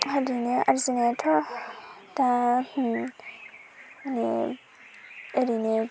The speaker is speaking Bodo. ओरैनो आरजिनायाथ' दा मानि ओरैनो